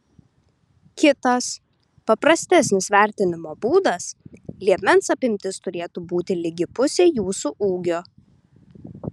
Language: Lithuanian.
kitas paprastesnis vertinimo būdas liemens apimtis turėtų būti lygi pusei jūsų ūgio